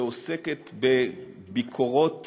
שעוסקת בביקורות